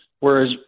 Whereas